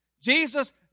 Jesus